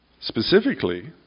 Specifically